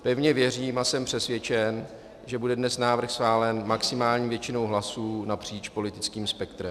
Pevně věřím a jsem přesvědčen, že bude dnes návrh schválen maximální většinou hlasů napříč politickým spektrem.